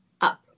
up